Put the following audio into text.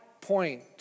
point